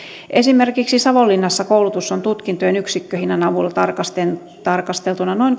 esimerkiksi savonlinnassa koulutus on tutkintojen yksikköhinnan avulla tarkasteltuna tarkasteltuna noin